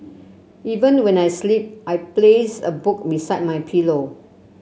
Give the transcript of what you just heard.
even when I sleep I place a book beside my pillow